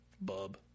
Bub